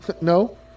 No